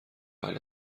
حالا